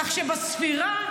כך שבספירה,